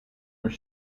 were